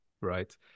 Right